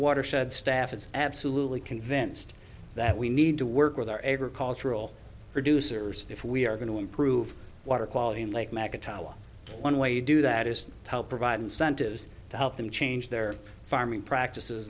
watershed staff is absolutely convinced that we need to work with our agricultural producers if we are going to improve water quality in lake mack a talent one way to do that is to help provide incentives to help them change their farming practices